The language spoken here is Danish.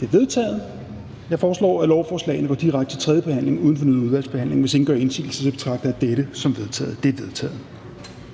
De er vedtaget. Jeg foreslår, at lovforslagene går direkte til tredje behandling uden fornyet udvalgsbehandling. Hvis ingen gør indsigelse, betragter jeg dette som vedtaget. Det er vedtaget.